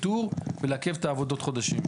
לפי סעיף קטן זה,